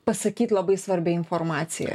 pasakyt labai svarbią informaciją